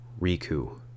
Riku